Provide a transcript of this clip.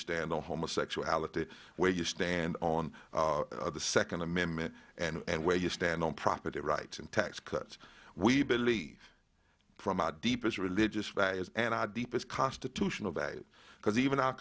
stand on homosexuality where you stand on the second amendment and where you stand on property rights and tax cuts we believe from our deepest religious values and i deepest constitutional bad because even our